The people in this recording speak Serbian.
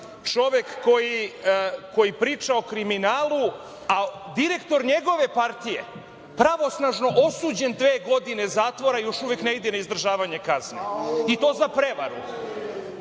čovek koji priča o kriminalu a direktor njegove partije pravosnažno osuđen dve godine zatvora još uvek ne ide na izdržavanje kazne, i to za prevaru,